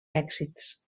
èxits